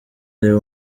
areba